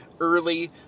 early